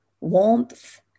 warmth